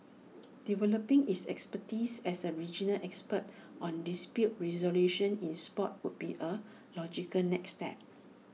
developing its expertise as A regional expert on dispute resolution in Sport would be A logical next step